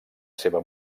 seva